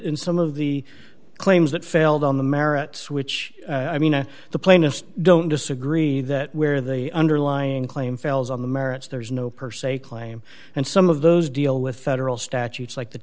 in some of the claims that failed on the merits which i mena the plainest don't disagree that where the underlying claim fails on the merits there is no per se claim and some of those deal with federal statutes like the